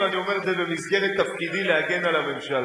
ואני אומר את זה במסגרת תפקידי להגן על הממשלה.